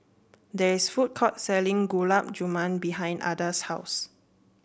there is a food court selling Gulab Jamun behind Adda's house